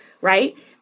right